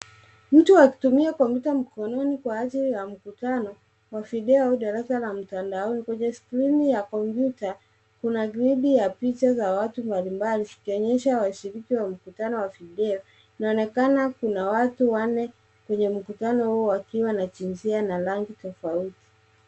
Mtu akitumia ( computer) mkononi kwa ajili ya mkutano wa video darasa la mtandaoni kwenye( screen )ya (computer )kuna grid ya picha za watu mbalimbali zikionyesha washiriki wa mkutano wa video inaonekana kuna watu wanne kwenye mkutano huo wakiwa na jinsia na rangi tofauti